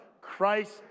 Christ